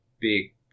big